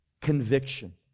conviction